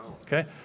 Okay